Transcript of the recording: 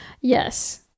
yes